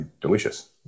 Delicious